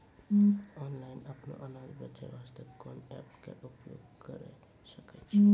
Online अपनो अनाज बेचे वास्ते कोंन एप्प के उपयोग करें सकय छियै?